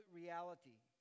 reality